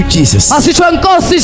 Jesus